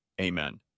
Amen